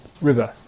river